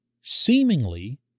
seemingly